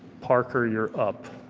parker, you're up.